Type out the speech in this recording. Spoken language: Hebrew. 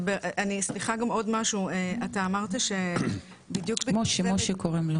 סליחה עוד משהו, אתה אמרת --- משה קוראים לו.